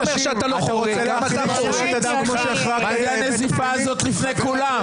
--- למה הנזיפה הזאת לפני כולם?